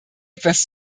etwas